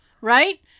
right